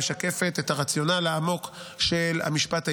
את הרציונל העמוק של המשפט העברי,